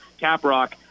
Caprock